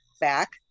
back